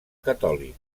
catòlic